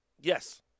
Yes